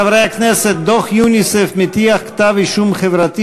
חברי הכנסת: דוח יוניסף מטיח כתב-אישום חברתי